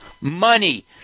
Money